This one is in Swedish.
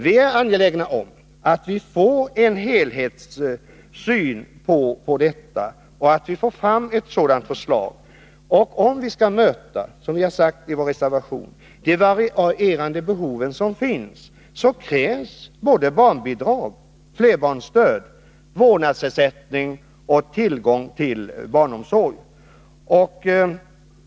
Vi är angelägna om att få fram ett förslag som är byggt på en helhetssyn på detta område. Om vi, så som vi har anfört i vår reservation, skall kunna möta de varierande behov som finns, krävs såväl barnbidrag, flerbarnsstöd och vårdnadsersättning som tillgång till barnomsorg.